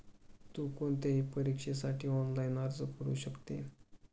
तु कोणत्याही परीक्षेसाठी ऑनलाइन अर्ज करू शकते